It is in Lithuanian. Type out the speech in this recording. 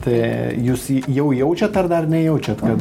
tai jūs jį jau jaučiat ar dar nejaučiat kad